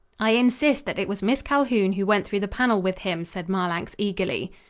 i insist that it was miss calhoun who went through the panel with him, said marlanx eagerly.